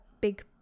big